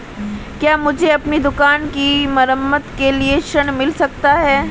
क्या मुझे अपनी दुकान की मरम्मत के लिए ऋण मिल सकता है?